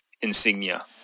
Insignia